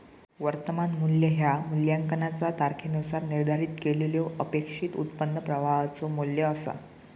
वर्तमान मू्ल्य ह्या मूल्यांकनाचा तारखेनुसार निर्धारित केलेल्यो अपेक्षित उत्पन्न प्रवाहाचो मू्ल्य असा